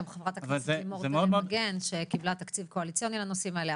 גם חברת הכנסת לימור תלם מגן שקיבלה תקציב קואליציוני לנושאים האלה.